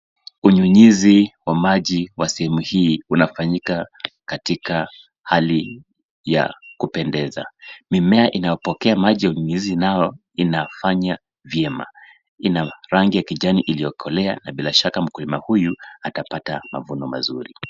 Unyunyizi wa maji wa sehemu hii unafanyika katika hali ya kupendeza. Mimea inapokea maji ya unyunyizi nayo inafanya vyema. Ina rangi ya kijani iliyokolea na bila shaka mkulima huyu atapata mavuno mazuri.